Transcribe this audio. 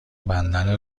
بندر